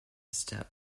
step